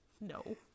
no